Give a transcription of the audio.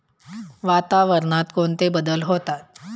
वातावरणात कोणते बदल होतात?